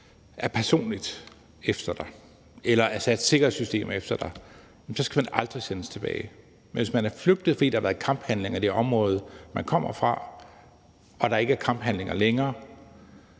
personligt eller Assads sikkerhedssystem er efter en, skal man aldrig sendes tilbage. Men hvis man er flygtet, fordi der har været kamphandlinger i det område, man kommer fra, og der ikke er kamphandlinger længere,